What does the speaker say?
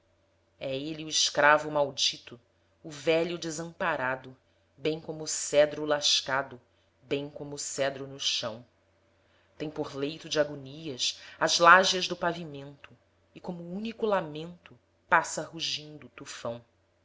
é ele o escravo maldito o velho desamparado bem como o cedro lascado bem como o cedro no chão tem por leito de agonias as lájeas do pavimento e como único lamento passa rugindo o tufão